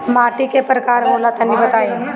माटी कै प्रकार के होला तनि बताई?